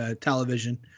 television